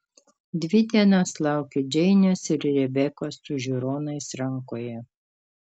dvi dienas laukiu džeinės ir rebekos su žiūronais rankoje